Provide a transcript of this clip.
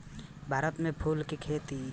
भारत में फूल के खेती ढेर पहिले से होता